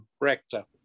rector